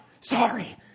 sorry